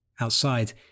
Outside